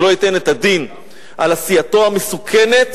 אם לא ייתן את הדין על עשייתו המסוכנת